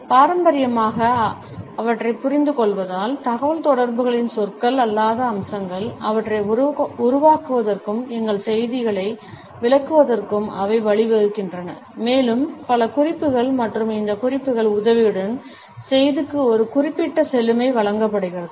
பாரம்பரியமாக அவற்றைப் புரிந்துகொள்வதால் தகவல்தொடர்புகளின் சொற்கள் அல்லாத அம்சங்கள் அவற்றை உருவாக்குவதற்கும் எங்கள் செய்திகளை விளக்குவதற்கும் அவை வழிவகுக்கின்றன மேலும் பல குறிப்புகள் மற்றும் இந்த குறிப்புகள் உதவியுடன் செய்திக்கு ஒரு குறிப்பிட்ட செழுமை வழங்கப்படுகிறது